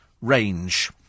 range